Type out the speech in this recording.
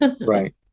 Right